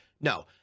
no